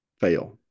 fail